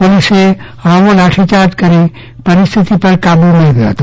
પોલીસે હળવો લાઠીચાર્જ કરી પરિસ્થિતિ પર કાબુ મેળવ્યો હતો